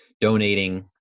donating